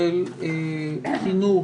של משרד החינוך,